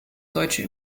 deutsche